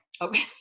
Okay